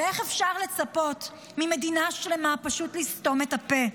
איך אפשר לצפות ממדינה שלמה פשוט לסתום את הפה?